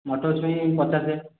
ମଟରଛୁଇଁ ପଚାଶ